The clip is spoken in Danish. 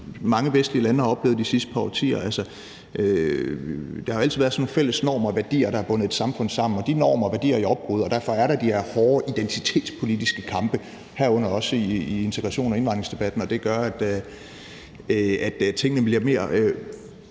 mange vestlige lande har oplevet de sidste par årtier. Der har jo altid været nogle fælles normer og værdier, som har bundet et samfund sammen, og de normer og værdier er i opbrud, og derfor er der de her hårde identitetspolitiske kampe, herunder også i integrations- og indvandrerdebatten. Det gør, at tingene bliver mere